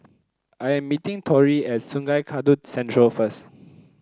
I am meeting Torey at Sungei Kadut Central first